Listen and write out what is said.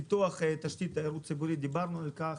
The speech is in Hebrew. פיתוח תשתית תיירות ציבורית דיברנו על כך.